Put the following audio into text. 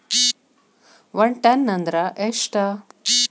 ಒಂದ್ ಟನ್ ಅಂದ್ರ ಎಷ್ಟ?